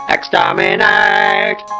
Exterminate